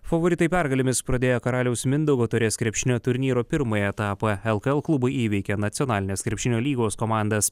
favoritai pergalėmis pradėjo karaliaus mindaugo taurės krepšinio turnyro pirmąjį etapą lkl klubai įveikė nacionalinės krepšinio lygos komandas